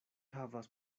havas